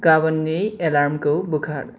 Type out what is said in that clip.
गाबोननि एलार्मखौ बोखार